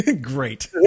Great